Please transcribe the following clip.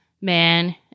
man